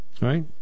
right